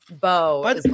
Bo